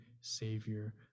savior